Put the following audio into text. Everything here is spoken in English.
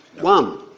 One